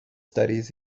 studies